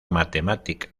matemática